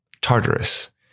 Tartarus